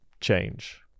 change